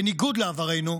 בניגוד לעברנו,